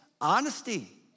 honesty